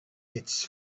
its